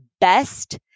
best